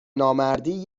نامردی